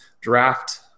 draft